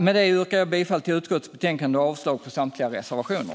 Med detta yrkar jag bifall till förslaget i utskottets betänkande och avslag på samtliga reservationer.